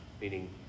meaning